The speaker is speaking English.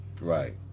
Right